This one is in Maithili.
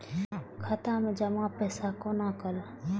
खाता मैं जमा पैसा कोना कल